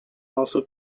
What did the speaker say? also